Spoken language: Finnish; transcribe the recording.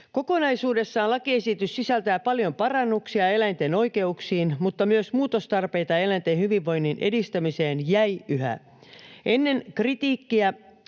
Kokonaisuudessaan lakiesitys sisältää paljon parannuksia eläinten oikeuksiin, mutta myös muutostarpeita eläinten hyvinvoinnin edistämiseen jäi yhä. Ennen kritiikkiä